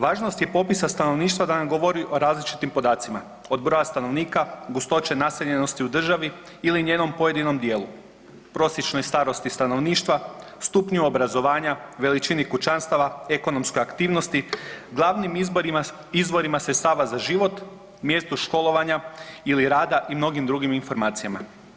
Važnost je popisa stanovništva da nam govori o različitim podacima, od broja stanovnika, gustoće naseljenosti u državi ili njenom pojedinom dijelu, prosječnoj starosti stanovništva, stupnju obrazovanja, veličini kućanstava, ekonomskoj aktivnosti, glavnim izborima, izvorima sredstava za život, mjesto školovanja ili rada i mnogim drugim informacijama.